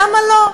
למה לא?